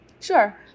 Sure